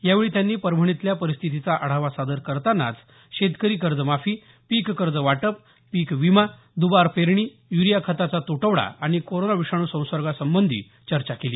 यावेळी त्यांनी परभणीतल्या परिस्थितीचा आढावा सादर करतांना शेतकरी कर्जमाफी पिक कर्ज वाटप पिक विमा दुबार पेरणी युरिया खताचा तुटवडा आणि कोरोना विषाणू संसर्गासंबंधी चर्चा केली